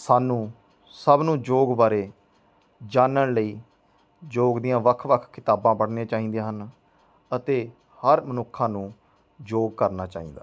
ਸਾਨੂੰ ਸਭ ਨੂੰ ਯੋਗ ਬਾਰੇ ਜਾਣਨ ਲਈ ਯੋਗ ਦੀਆਂ ਵੱਖ ਵੱਖ ਕਿਤਾਬਾਂ ਪੜ੍ਹਨੀਆਂ ਚਾਹੀਦੀਆਂ ਹਨ ਅਤੇ ਹਰ ਮਨੁੱਖਾਂ ਨੂੰ ਯੋਗ ਕਰਨਾ ਚਾਹੀਦਾ ਹੈ